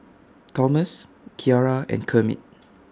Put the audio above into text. Tomas Kiara and Kermit